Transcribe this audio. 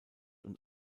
und